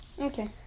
Okay